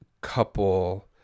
couple